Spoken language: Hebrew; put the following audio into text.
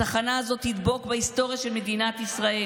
הצחנה הזו תדבוק בהיסטוריה של מדינת ישראל.